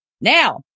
Now